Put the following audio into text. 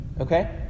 Okay